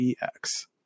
ex